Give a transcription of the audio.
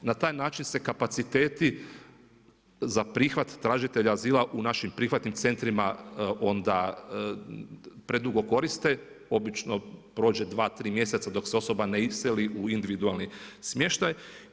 Na taj način se kapaciteti za prihvat, tražitelja azila u našim prihvatnim centrima onda predugo koriste, obično prođe 2,3 mjeseca dok se osoba ne iseli u individualni smještaj.